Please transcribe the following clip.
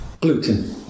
Gluten